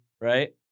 right